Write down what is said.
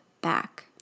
back